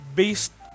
based